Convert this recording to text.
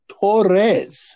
Torres